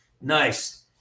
Nice